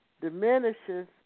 diminishes